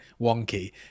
wonky